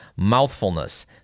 mouthfulness